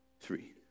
three